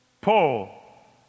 Paul